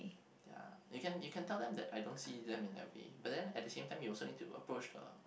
ya you can you can tell them that I don't see them in that way but then at the same time you also need to approach the